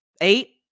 eight